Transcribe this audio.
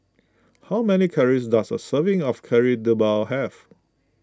how many calories does a serving of Kari Debal have